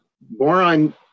Boron